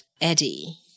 Eddie